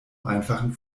einfachen